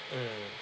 mm